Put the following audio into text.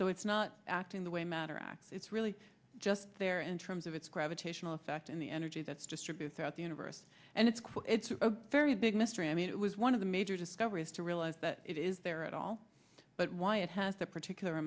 so it's not acting the way matter act it's really just there in terms of its gravitational effect on the energy that's distributes throughout the universe and it's quick it's a very big mystery i mean it was one of the major discoveries to realize that it is there at all but why it has a particular